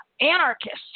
Anarchists